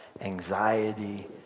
anxiety